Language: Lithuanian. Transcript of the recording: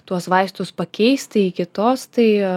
tuos vaistus pakeisti į kitus tai